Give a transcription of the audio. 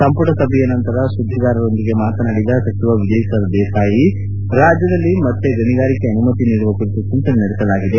ಸಂಮಟ ಸಭೆಯ ನಂತರ ಸುದ್ದಿಗಾರರೊಂದಿಗೆ ಮಾತನಾಡಿದ ಸಚಿವ ವಿಜಯ್ ಸರ್ದೇಸಾಯಿ ರಾಜ್ಯದಲ್ಲಿ ಮತ್ತೆ ಗಣಿಗಾರಿಕೆ ಅನುಮತಿ ನೀಡುವ ಕುರಿತು ಜಿಂತನೆ ನಡೆಸಲಾಗಿದೆ